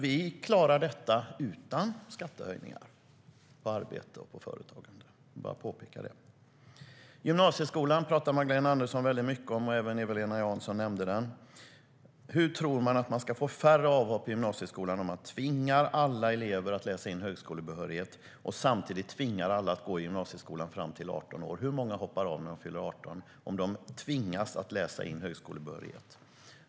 Vi klarar detta utan skattehöjningar på arbete och på företagande - jag vill bara påpeka det. Magdalena Andersson pratar väldigt mycket om gymnasieskolan. Även Eva-Lena Jansson nämnde den. Hur tror man att man ska få färre avhopp i gymnasieskolan om man tvingar alla elever att läsa in högskolebehörighet och att gå i gymnasieskolan fram till att de är 18 år? Hur många hoppar av när de fyller 18 om de tvingas att läsa in högskolebehörighet?